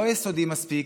לא יסודי מספיק,